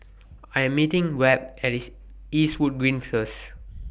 I Am meeting Webb At Eastwood Green First